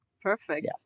Perfect